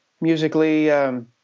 musically